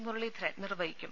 മുരളീധരൻ നിർവഹിക്കും